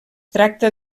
tracta